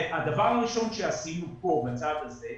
הדבר הראשון עשינו כאן בצד הזה,